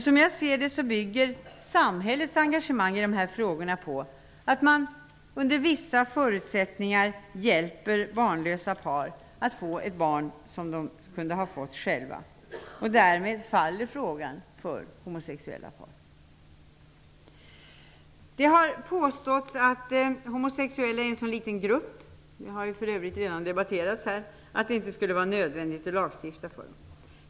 Som jag ser det bygger samhällets engagemang i dessa frågor på att man under vissa förutsättningar hjälper barnlösa par att få ett barn som de kunde ha fått själva. Därmed faller frågan för homosexuella par. Det har påståtts att de homosexuella utgör en sådan liten grupp, det har för övrigt redan debatterats här, att det inte skulle vara nödvändigt att lagstifta.